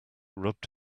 rubbed